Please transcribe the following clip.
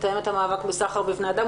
מתאמת המאבק בסחר בבני אדם.